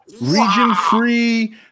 Region-free